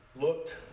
looked